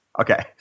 okay